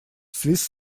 свист